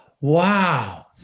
Wow